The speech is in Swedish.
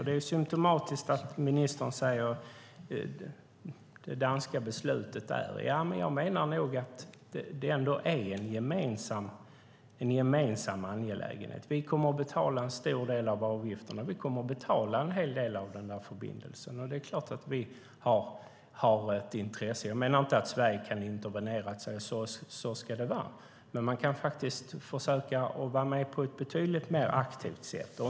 Det är symtomatiskt att ministern talar om det danska beslutet. Jag menar nog att det ändå är en gemensam angelägenhet. Vi kommer att betala en stor del av avgiften. Vi kommer att betala en hel del av den här förbindelsen. Det är klart att vi har ett intresse. Jag menar inte att Sverige kan intervenera och säga att så ska det vara, men man kan faktiskt försöka att vara med på ett betydligt mer aktivt sätt.